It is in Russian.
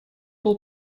был